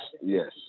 yes